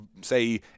Say